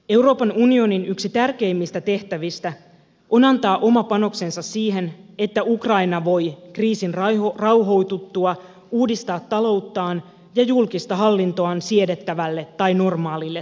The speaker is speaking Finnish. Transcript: euroopan unionin yksi tärkeimmistä tehtävistä on antaa oma panoksensa siihen että ukraina voi kriisin rauhoituttua uudistaa talouttaan ja julkista hallintoaan siedettävälle tai normaalille tasolle